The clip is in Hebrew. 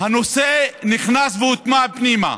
הנושא נכנס והוטמע פנימה.